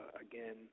again